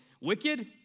wicked